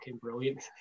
brilliant